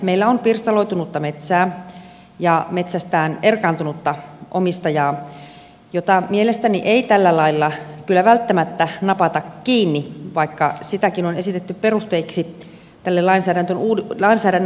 meillä on pirstaloitunutta metsää ja metsästään erkaantunutta omistajaa jota mielestäni ei tällä lailla kyllä välttämättä napata kiinni vaikka sitäkin on esitetty perusteeksi tälle lainsäädännön uudistamiselle